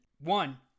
One